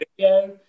video